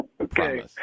Okay